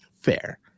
Fair